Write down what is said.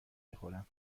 میخورم